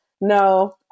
no